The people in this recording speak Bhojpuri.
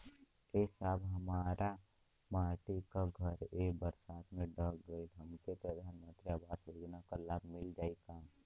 ए साहब हमार माटी क घर ए बरसात मे ढह गईल हमके प्रधानमंत्री आवास योजना क लाभ मिल जाई का?